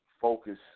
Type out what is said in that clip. focus